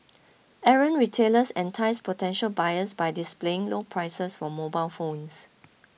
errant retailers entice potential buyers by displaying low prices for mobile phones